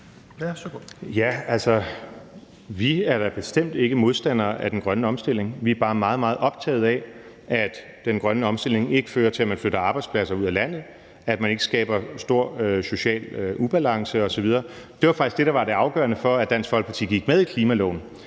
Vi er da bestemt ikke modstandere af den grønne omstilling. Vi er bare meget, meget optaget af, at den grønne omstilling ikke fører til, at man flytter arbejdspladser ud af landet, at man skaber stor social ubalance osv. Det var faktisk det, der var det afgørende for, at Dansk Folkeparti gik med i klimaloven,